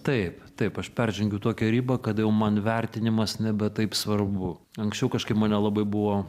taip taip aš peržengiu tokią ribą kada jau man vertinimas nebe taip svarbu anksčiau kažkaip mane labai buvo